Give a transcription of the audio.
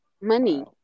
money